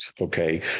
Okay